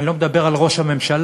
אני לא מדבר על ראש הממשלה,